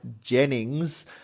Jennings